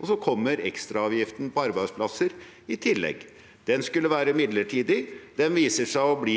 og så kommer ekstraavgiften på arbeidsplasser i tillegg. Den skulle være midlertidig. Den viser seg å bli